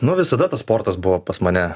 nu visada tas sportas buvo pas mane